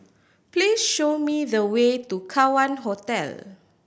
please show me the way to Kawan Hostel